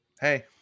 hey